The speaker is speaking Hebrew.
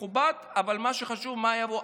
אבל מה שחשוב זה מה שיבוא אחרי זה.